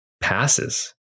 passes